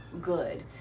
good